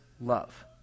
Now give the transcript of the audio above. love